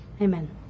Amen